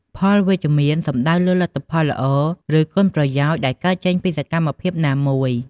ផលវិជ្ជមាន សំដៅលើលទ្ធផលល្អ ឬគុណប្រយោជន៍ដែលកើតចេញពីសកម្មភាពណាមួយ។